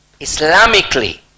Islamically